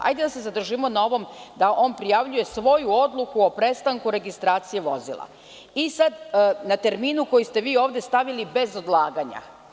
Hajde da se zadržimo na ovom da on prijavljuje svoju odluku o prestanku registracije vozila i na terminu koji ste vi ovde stavili: „bez odlaganja“